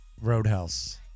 Roadhouse